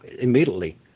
immediately